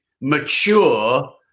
mature